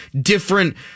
different